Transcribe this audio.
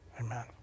Amen